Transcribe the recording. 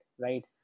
right